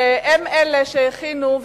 שהם אלה שהכינו,